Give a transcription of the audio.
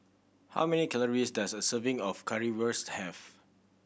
how many calories does a serving of Currywurst have